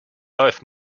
both